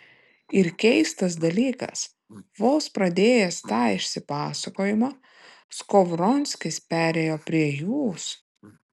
ir keistas dalykas vos pradėjęs tą išsipasakojimą skovronskis perėjo prie jūs